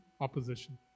opposition